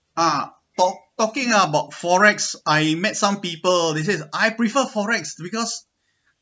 ah talk talking about forex I met some people they said I prefer forex because